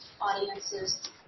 audiences